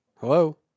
Hello